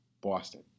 Boston